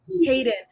Hayden